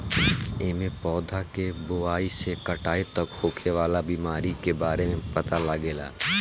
एमे पौधा के बोआई से कटाई तक होखे वाला बीमारी के बारे में पता लागेला